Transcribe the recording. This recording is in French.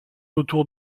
autour